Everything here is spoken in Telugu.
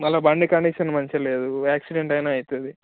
మళ్ళా బండి కండిషన్ మంచిగా లేదు యాక్సిడెంట్ అయినా అవుతుంది